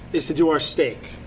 is to do our steak.